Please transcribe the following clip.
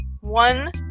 One